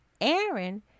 Aaron